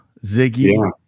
Ziggy